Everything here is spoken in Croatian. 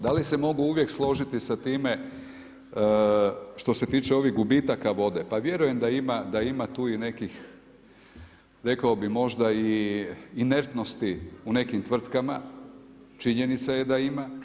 Da li se mogu uvijek složiti sa time, što se tiče ovih gubitaka vode, pa vjerujem da ima tu nekih, rekao bi možda inertnosti u nekim tvrtkama, činjenica je da ima.